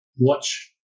watch